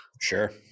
Sure